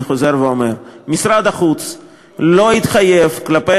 ואני חוזר ואומר: משרד החוץ לא התחייב כלפי